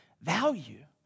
value